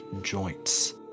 joints